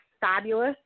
fabulous